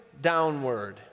downward